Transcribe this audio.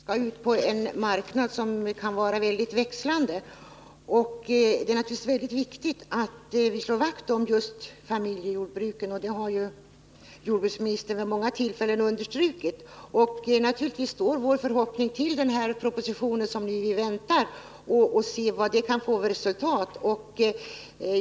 Herr talman! Eftersom det här är fråga om en marknad som kan vara mycket växlande är det naturligtvis viktigt att vi slår vakt om just familjejordbruken— något som jordbruksministern ju vid många tillfällen har understrukit. Vårt hopp står till den proposition vi nu väntar — och vad den kan få till resultat.